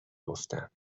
گفتم